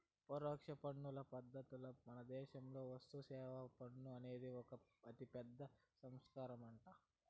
పరోక్ష పన్నుల పద్ధతిల మనదేశంలో వస్తుసేవల పన్ను అనేది ఒక అతిపెద్ద సంస్కరనంట